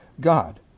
God